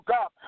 God